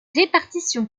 répartition